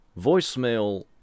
Voicemail